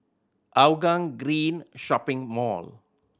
Hougang Green Shopping Mall